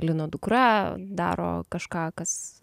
lino dukra daro kažką kas